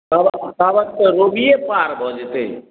तावत तावत तऽ रोगिये पार भऽ जेतै